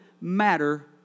matter